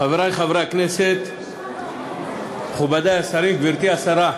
חברי חברי הכנסת, מכובדי השרים, גברתי השרה,